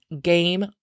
game